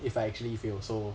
if I actually fail also